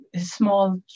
small